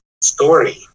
story